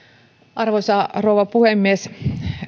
arvoisa rouva puhemies